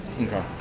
okay